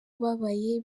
ubabaye